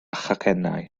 chacennau